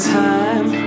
time